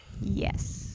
Yes